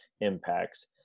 impacts